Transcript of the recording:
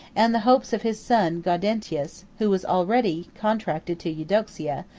and the hopes of his son gaudentius, who was already contracted to eudoxia,